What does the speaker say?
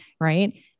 right